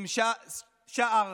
עם שאר